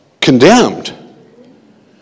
condemned